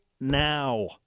now